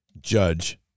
judge